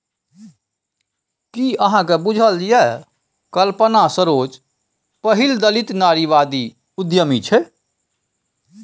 कि अहाँक बुझल यै कल्पना सरोज पहिल दलित नारीवादी उद्यमी छै?